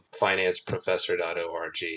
financeprofessor.org